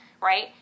right